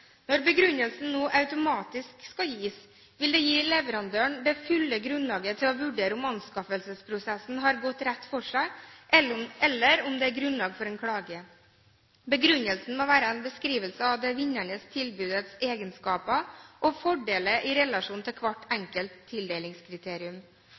Når begrunnelsen nå automatisk skal gis, vil det gi leverandøren det fulle grunnlaget for å vurdere om anskaffelsesprosessen har gått rett for seg, eller om det er grunnlag for en klage. Begrunnelsen må være en beskrivelse av det vinnende tilbudets egenskaper og fordeler i relasjon til hvert